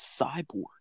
cyborg